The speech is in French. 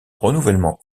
renouvellement